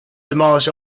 demolish